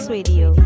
Radio